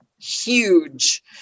huge